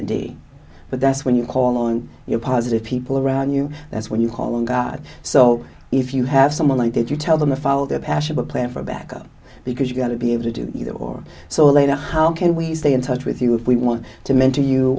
d but that's when you call on your positive people around you that's what you call them so if you have someone like that you tell them to follow their passion but plan for backup because you've got to be able to do that or so later how can we stay in touch with you if we want to mentor you